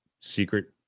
secret